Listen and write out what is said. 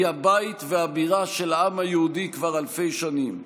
היא הבית והבירה של העם היהודי כבר אלפי שנים.